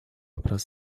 вопрос